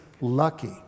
lucky